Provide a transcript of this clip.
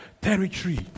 territory